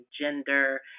gender